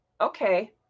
Okay